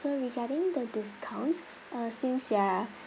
so regarding the discounts uh since you're